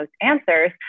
answers